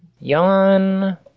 Yawn